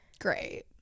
great